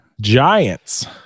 giants